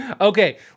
Okay